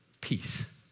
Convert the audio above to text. peace